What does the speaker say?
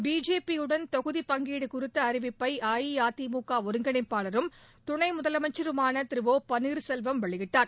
பிஜேபியுடன் தொகுதிப் பங்கீடு குறித்த அறிவிப்பை அஇஅதிமுக ஒருங்கிணைப்பாளரும் துணை முதலமைச்சருமான திரு ஒ பன்னீர்செல்வம் வெளியிட்டார்